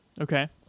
Okay